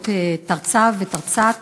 מאורעות תרצ"ו תרצ"ט,